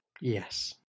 Yes